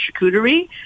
charcuterie